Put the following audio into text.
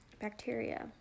bacteria